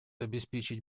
обеспечить